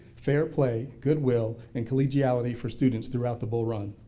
fair play, goodwill and collegiality for students throughout the bull run.